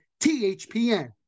THPN